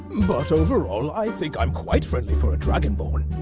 but overall, i think i'm quite friendly for a dragonborn!